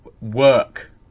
work